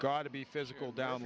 got to be physical down